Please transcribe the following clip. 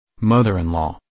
mother-in-law